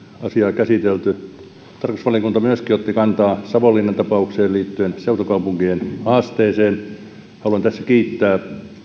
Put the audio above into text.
asiaa käsitelty tarkastusvaliokunta myöskin otti kantaa savonlinnan tapaukseen liittyen seutukaupunkien haasteeseen haluan tässä kiittää